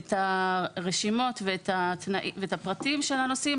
שאת הרשימות ואת הפרטים של הנוסעים,